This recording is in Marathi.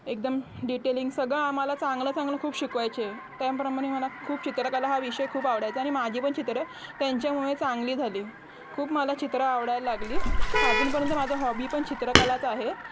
एकदम डिटेलिंग सगळं आम्हाला चांगलं चांगलं खूप शिकवायचे त्याप्रमाणे मला खूप चित्रकला हा विषय खूप आवडायचा आणि माझी पण चित्रं त्यांच्यामुळे चांगली झाली खूप मला चित्रं आवडायला लागली अजूनपर्यंत माझं हॉबी पण चित्रकलाच आहे